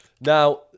Now